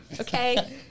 Okay